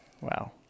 Wow